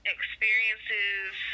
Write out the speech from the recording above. experiences